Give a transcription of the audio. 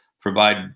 provide